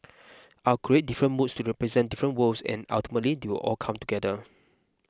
I'll create different moods to represent different worlds and ultimately they will all come together